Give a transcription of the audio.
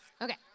Okay